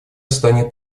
станет